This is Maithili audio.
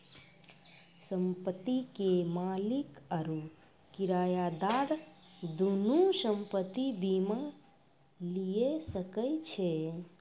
संपत्ति के मालिक आरु किरायादार दुनू संपत्ति बीमा लिये सकै छै